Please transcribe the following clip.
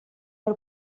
per